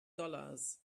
dollars